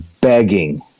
begging